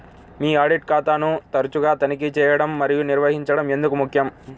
మీ audit ఖాతాను తరచుగా తనిఖీ చేయడం మరియు నిర్వహించడం ఎందుకు ముఖ్యం?